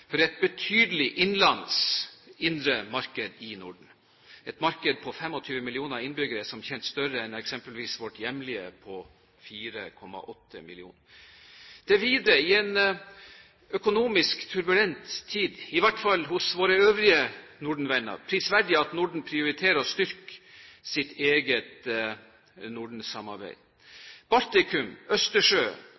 for et betydelig innenlands indre marked i Norden. Et marked på 25 millioner innbyggere er som kjent større enn eksempelvis vårt hjemlige på 4,8 millioner. Det er videre, i en økonomisk turbulent tid – i hvert fall hos våre øvrige Norden-venner – prisverdig at Norden prioriterer å styrke sitt eget